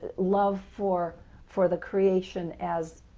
love for for the creation as